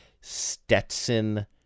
Stetson